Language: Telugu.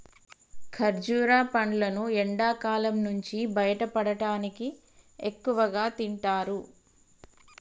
ఖర్జుర పండ్లును ఎండకాలం నుంచి బయటపడటానికి ఎక్కువగా తింటారు